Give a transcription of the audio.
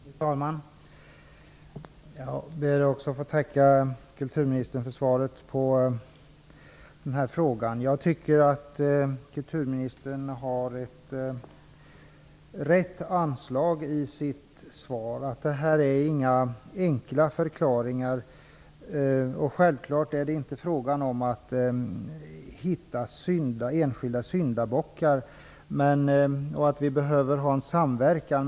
Fru talman! Jag ber också att få tacka kulturministern för svaret på min fråga. Jag tycker att kulturministern har rätt anslag i sitt svar. Det finns inga enkla förklaringar. Det är självklart inte fråga om att hitta enskilda syndabockar. Vi behöver ha en samverkan.